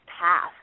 path